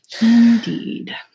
Indeed